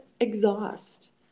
exhaust